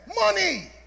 money